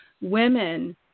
women